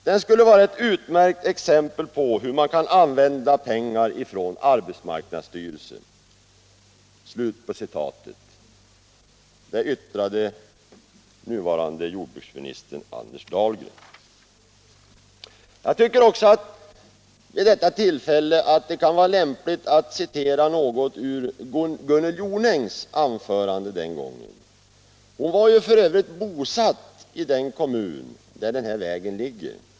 Den skulle vara ett utmärkt exempel på hur man kan använda pengar från arbetsmarknadsstyrelsen.” Jag tycker också vid detta tillfälle att det kan vara lämpligt att citera något ur Gunnel Jonängs anförande den gången. Hon är ju f. ö. bosatt i den kommun där den här vägen ligger.